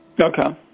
Okay